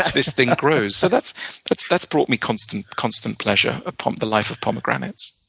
this thing grows. so that's like that's brought me constant constant pleasure, ah um the life of pomegranates.